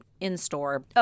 in-store